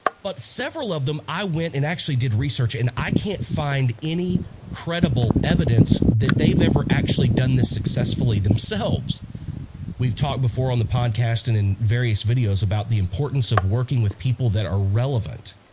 but several of them i went and actually did research and i can't find any credible evidence that they've ever actually done this successfully themselves we've talked before on the podcast and in various videos about the importance of working with people that are relevant